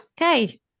Okay